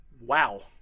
Wow